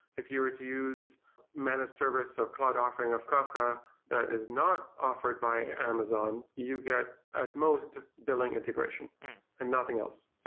if you were to use managed service or cloud offering of kafka that is not offered by amazon, you get at most billing integration and nothing else.